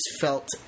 felt